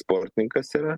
sportininkas yra